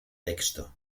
texto